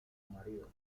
marido